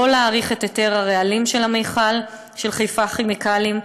לא להתיר את היתר הרעלים של המכל של חיפה כימיקלים,